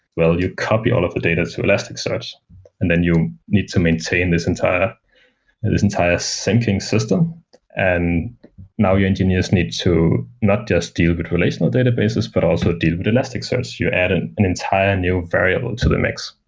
well, you copy all of the data to elasticsearch and then you need to maintain this entire this entire syncing system and now your engineers need to not just deal with relational databases, but also deal with elasticsearch. you add an an entire new variable to the mix.